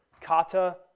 Kata